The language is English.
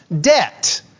debt